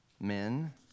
Men